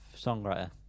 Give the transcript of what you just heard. Songwriter